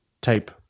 type